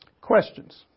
Questions